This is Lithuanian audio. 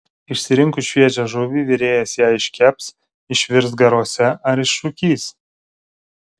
išsirinkus šviežią žuvį virėjas ją iškeps išvirs garuose ar išrūkys